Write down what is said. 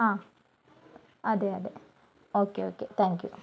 ആ അതെ അതെ ഓക്കേ ഓക്കേ താങ്ക് യൂ